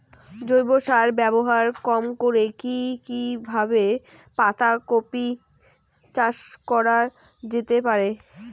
জৈব সার ব্যবহার কম করে কি কিভাবে পাতা কপি চাষ করা যেতে পারে?